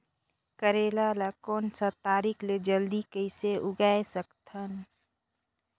करेला ला कोन सा तरीका ले जल्दी कइसे उगाय सकथन?